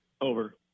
over